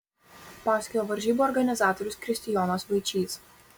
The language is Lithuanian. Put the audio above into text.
pasakoja varžybų organizatorius kristijonas vaičys